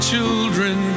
children